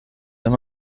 wenn